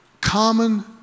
common